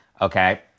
okay